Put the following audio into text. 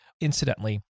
Incidentally